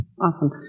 awesome